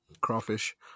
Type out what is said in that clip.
Crawfish